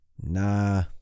Nah